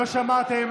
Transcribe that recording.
לא שמעתם.